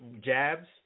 jabs